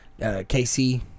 KC